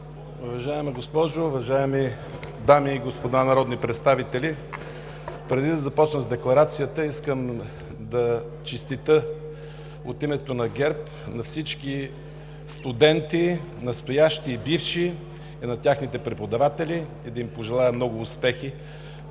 Уважаема госпожо Председател, уважаеми дами и господа народни представители! Преди да започна с декларацията, искам да честитя от името на ГЕРБ на всички студенти – настоящи и бивши, и на техните преподаватели, и да им пожелая много успехи